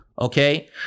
Okay